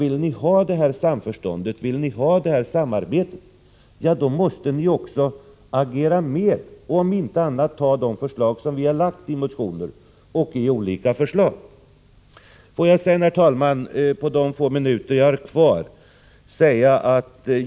Vill ni ha ett samförstånd och samarbete, måste ni också agera med, om inte annat så åtminstone acceptera de förslag som vi har framlagt i motioner och på andra sätt.